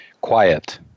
quiet